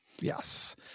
yes